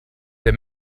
der